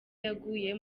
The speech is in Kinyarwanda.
yaguye